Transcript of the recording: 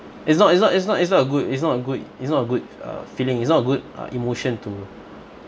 it's not it's not it's not it's not a good it's not a good it's not a good uh feeling it's not a good uh emotion too